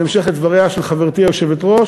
בהמשך לדבריה של חברתי היושבת-ראש,